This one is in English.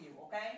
okay